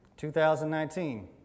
2019